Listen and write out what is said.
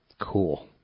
Cool